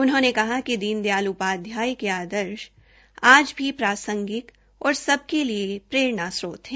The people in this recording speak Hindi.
उन्होंने कहा कि दीन दयाल उपाध्याय के आदर्श आज भी प्रांसगिक और सबके लिए प्ररेणास्त्रोत है